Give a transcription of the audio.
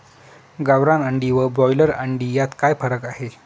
गावरान अंडी व ब्रॉयलर अंडी यात काय फरक आहे?